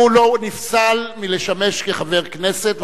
הוא לא נפסל מלשמש כחבר הכנסת,